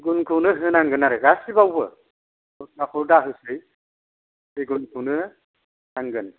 सिगुनखौनो होनांगोन आरो गासिबोबावबो' दस्राखौ दाहोसै सिगुनखौनो नांगोन